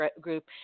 group